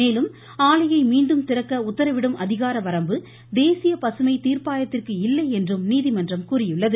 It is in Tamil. மேலும் ஆலையை மீண்டும் திறக்க உத்தரவிடும் அதிகார வரம்பு தேசிய பசுமை தீர்ப்பாயத்திற்கு இல்லை என்றும் நீதிமன்றம் கூறியுள்ளது